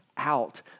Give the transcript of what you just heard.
Out